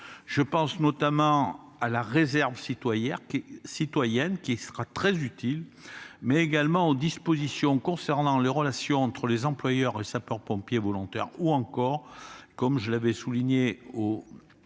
Je pense notamment à la réserve citoyenne, qui sera très utile, mais également aux dispositions concernant les relations entre employeurs et sapeurs-pompiers volontaires, aux autorisations d'absence pendant